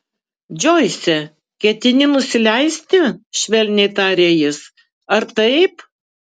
džoise ketini nusileisti švelniai tarė jis ar taip